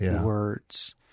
words